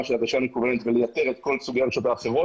של הגשה מקוונת ולייתר את כל סוגי ההגשות האחרות.